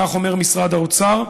כך אומר משרד האוצר,